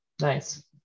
Nice